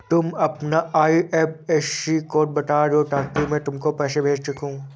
तुम अपना IFSC code बता दो ताकि मैं तुमको पैसे भेज सकूँ